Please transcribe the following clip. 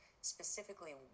specifically